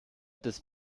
des